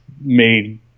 made